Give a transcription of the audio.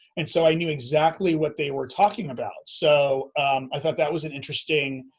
and so i knew exactly what they were talking about. so i thought that was an interesting